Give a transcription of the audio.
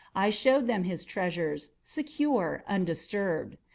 i showed them his treasures, secure, undisturbed.